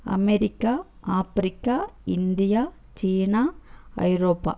America Africa India சீனா ஐரோப்பா